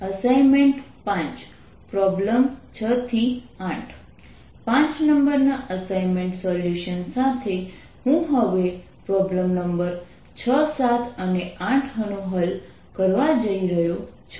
assignment 5 problem 6 8 5 number ના assignment solution સાથે હું હવે પ્રોબ્લેમ નંબર 6 7 અને 8 નો હલ કરવા જઇ રહ્યો છું